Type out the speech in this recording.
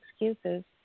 excuses